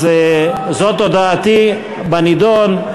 אז זאת דעתי בנידון.